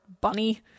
bunny